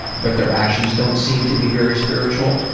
but their actions don't seem to be very spiritual,